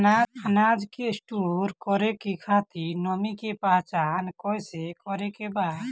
अनाज के स्टोर करके खातिर नमी के पहचान कैसे करेके बा?